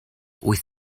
wyth